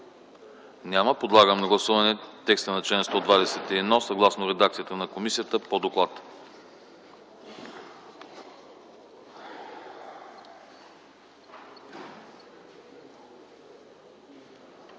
Няма. Подлагам на гласуване текста на чл. 123, съгласно редакцията на комисията по доклада.